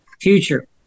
future